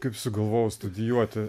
kaip sugalvojai studijuoti